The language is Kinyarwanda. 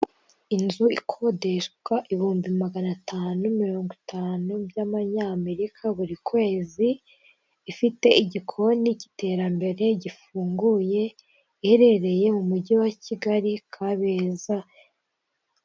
Inzu ikodeshwa ibihumbi magana atanu mirongo itanu by'amanyamerika buri kwezi ifite igikoni cy'iterambere gifunguye iherereye mu mujyi wa Kigali, Kabeza.